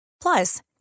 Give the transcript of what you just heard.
Plus